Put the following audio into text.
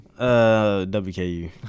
WKU